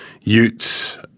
utes